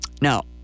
Now